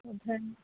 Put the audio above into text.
ओमफ्राय